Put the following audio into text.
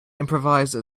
improvise